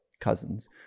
cousins